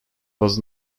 was